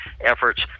efforts